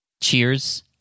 Cheers